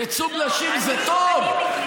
ייצוג נשים זה טוב,